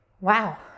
Wow